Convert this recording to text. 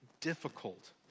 difficult